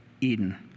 Eden